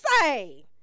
say